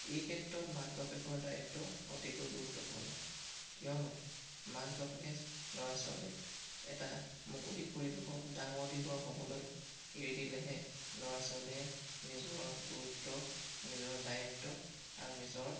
এই ক্ষেত্ৰত মাক বাপেকৰ দায়িত্ব অতিকৈ গুৰুত্বপূৰ্ণ কিয়নো মাক বাপেকে ল'ৰা ছোৱালীক এটা মুকলি পৰিৱেশত ডাঙৰ দীঘল হ'বলৈ এৰি দিলেহে ল'ৰা ছোৱালীয়ে নিজৰ গুৰুত্ব নিজৰ দায়িত্ব আৰু নিজৰ